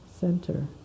center